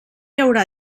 haurà